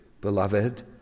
beloved